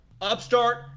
Upstart